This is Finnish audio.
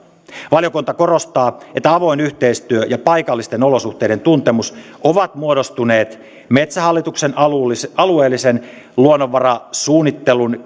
valiokunta korostaa että avoin yhteistyö ja paikallisten olosuhteiden tuntemus ovat muodostuneet metsähallituksen alueellisen alueellisen luonnonvarasuunnittelun